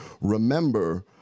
Remember